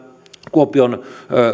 kuopion